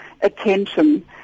attention